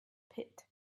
pit